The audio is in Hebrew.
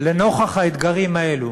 לנוכח האתגרים האלה,